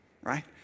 right